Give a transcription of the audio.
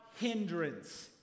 hindrance